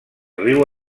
riu